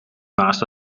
naast